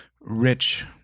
rich